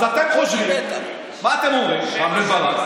אז אתם חושבים, מה אתם אומרים, רם בן ברק?